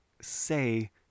say